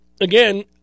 again